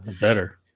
Better